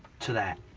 to that.